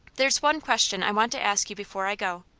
there's one question i want to ask you before i go.